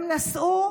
הם נסעו